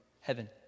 heaven